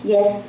Yes